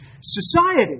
society